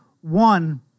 one